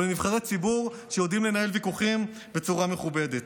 או לנבחרי ציבור שיודעים לנהל ויכוחים בצורה מכובדת?